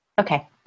Okay